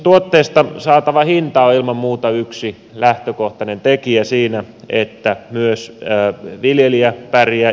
tuotteesta saatava hinta on ilman muuta yksi lähtökohtainen tekijä siinä että myös viljelijä pärjää